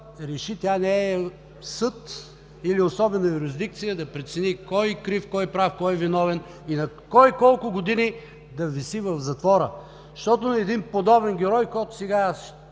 тя не е съд или особена юрисдикция, за да прецени кой крив, кой прав, кой виновен и кой колко години да виси в затвора. Защото с един такъв герой, който скоро